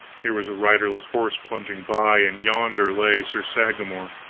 here was a riderless horse plunging by, and yonder lay sir sagramor,